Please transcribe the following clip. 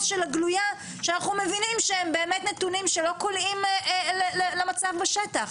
של הגלויה כשאנחנו מבינים שהם באמת נתונים של קולעים למצב בשטח?